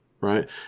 right